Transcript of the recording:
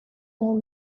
all